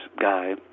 guy